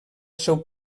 seu